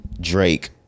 Drake